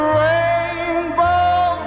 rainbow